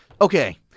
okay